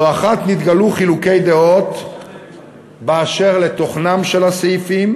לא אחת נתגלעו חילוקי דעות באשר לתוכנם של הסעיפים,